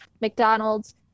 mcdonald's